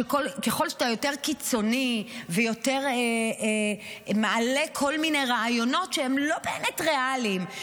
שככל שאתה יותר קיצוני ויותר מעלה כל מיני רעיונות שהם לא באמת ריאליים,